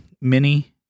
Mini